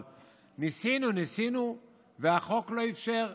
ניסינו, ניסינו, והחוק לא אפשר.